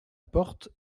porte